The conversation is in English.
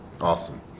Awesome